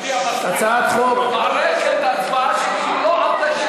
המערכת עצמה לא עבדה,